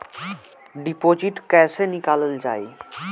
Deposit कैसे निकालल जाइ?